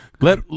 Let